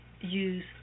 use